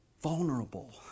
vulnerable